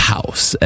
House